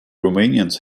romanians